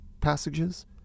passages